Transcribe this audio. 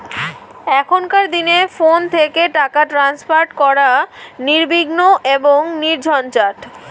এখনকার দিনে ফোন থেকে টাকা ট্রান্সফার করা নির্বিঘ্ন এবং নির্ঝঞ্ঝাট